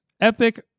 Epic